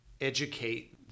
educate